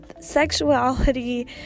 sexuality